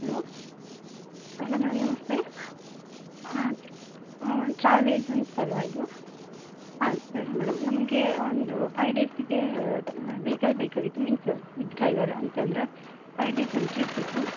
hello hello madam namaste travel agency ಅಲ್ಲವಾ ಇದು ಹಾಂ ಸರಿ ಮೇಡಮ್ ನಮಗೆ ಒಂದು ಫೈವ್ ಡೇಸಿಗೆ ವೈಕಲ್ ಬೇಕಾಗಿತ್ತು ಮೀನ್ಸ್ ವಿದ್ ಡ್ರೈವರು ಅಂತಂದರೆ ಫೈವ್ ಡೇಸ್ ನಮ್ಮ ಟ್ರಿಪ್ ಇತ್ತು